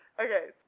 Okay